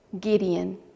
Gideon